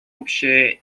общая